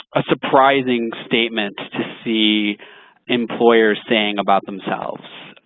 a surprising statement to see employers saying about themselves.